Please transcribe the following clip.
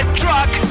truck